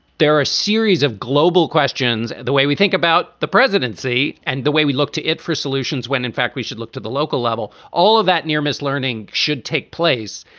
there are a series of global questions. and the way we think about the presidency and the way we look to it for solutions when in fact we should look to the local level. all of that near miss learning should take place.